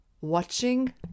watching